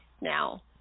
now